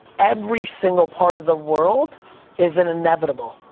every single part of the world isn't inevitable,